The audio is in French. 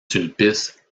sulpice